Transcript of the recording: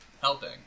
helping